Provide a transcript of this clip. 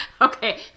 Okay